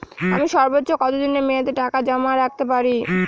আমি সর্বোচ্চ কতদিনের মেয়াদে টাকা জমা রাখতে পারি?